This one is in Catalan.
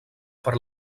per